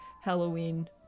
halloween